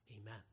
Amen